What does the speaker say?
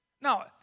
Now